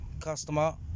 customer